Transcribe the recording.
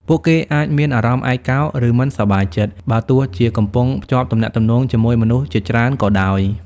ពួកគេអាចមានអារម្មណ៍ឯកោ ឬមិនសប្បាយចិត្ត បើទោះជាកំពុងភ្ជាប់ទំនាក់ទំនងជាមួយមនុស្សជាច្រើនក៏ដោយ។